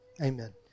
Amen